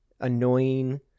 annoying